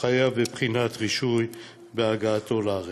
חייב בבחינת רישוי בהגעתו לארץ.